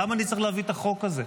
למה אני צריך להביא את החוק הזה?